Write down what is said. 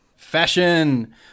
Fashion